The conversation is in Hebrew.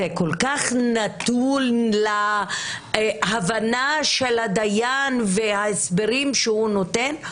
זה כל כך נתון להבנה של הדיין וההסברים שהוא נותן?